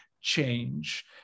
change